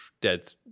dead